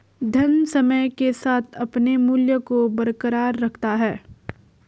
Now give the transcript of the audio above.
धन समय के साथ अपने मूल्य को बरकरार रखता है